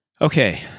Okay